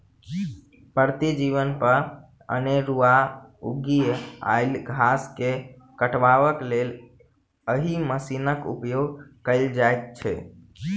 परती जमीन पर अनेरूआ उगि आयल घास के काटबाक लेल एहि मशीनक उपयोग कयल जाइत छै